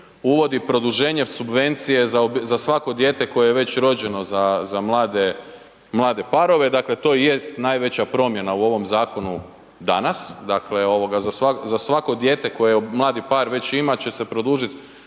uvodi produženje subvencije za svako dijete koje je već rođeno za mlade parove. Dakle, to jest najveća promjena u ovom zakonu danas, dakle, za svako dijete koje mladi par već ima će se produžiti